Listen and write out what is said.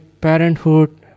parenthood